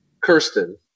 Kirsten